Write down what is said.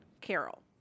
Carol